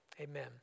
Amen